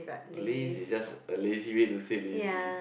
laze is just a lazy way to say lazy